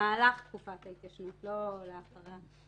במהלך תקופת ההתיישנות, לא לאחריה,